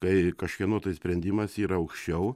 kai kažkieno tai sprendimas yra aukščiau